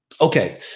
okay